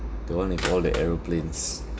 the one with all the aeroplanes